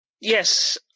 Yes